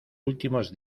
últimos